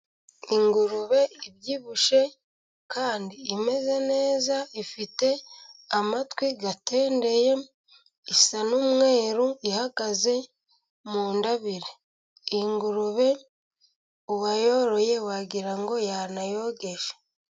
Ingurube ibyibushye kandi imeze neza, ifite amatwi tendeye, isa n'umweru, ihagaze mu ntabire. Ingurube uwayoroye wagirango ngo yanayogeje.